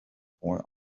boy